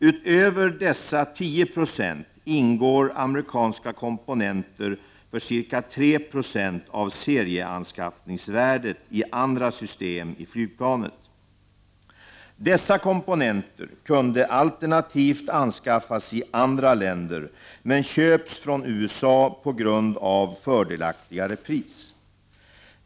Utöver dessa 10 90 ingår amerikanska komponenter för cirka 3 90 av serieanskaffningsvärdet i andra system i flygplanet. Dessa komponenter kunde alternativt anskaffas i andra länder, men köps från USA på grund av fördelaktigare pris.